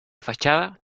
fachada